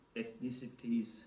ethnicities